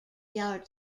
yard